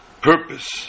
purpose